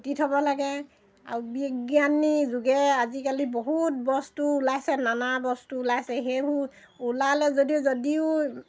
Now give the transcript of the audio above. পুতি থ'ব লাগে আৰু বিজ্ঞানীৰ যোগে আজিকালি বহুত বস্তু ওলাইছে নানা বস্তু ওলাইছে সেইবোৰ ওলালে যদিও যদিও